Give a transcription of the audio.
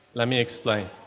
let me explain.